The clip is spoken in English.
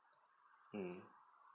mm